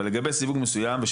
אבל לגבי סיווג מסוים,